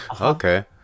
Okay